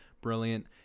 Brilliant